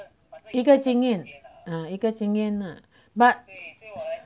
一个经验 ah 一个经验 ah but